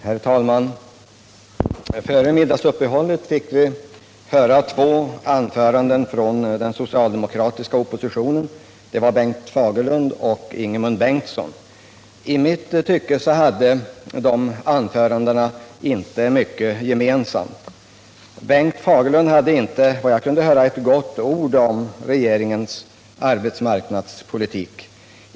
Herr talman! Före middagsuppehållet fick vi höra två anföranden från den socialdemokratiska oppositionen. De hölls av Bengt Fagerlund och Ingemund Bengtsson. I mitt tycke hade de anförandena inte mycket gemensamt. Bengt Fagerlund hade inte, vad jag kunde höra, ett gott ord att säga om regeringens arbetsmarknadspolitik.